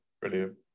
Brilliant